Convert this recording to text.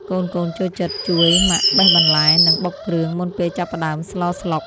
កូនៗចូលចិត្តជួយម៉ាក់បេះបន្លែ និងបុកគ្រឿង មុនពេលចាប់ផ្តើមស្លស្លុក។